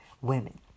women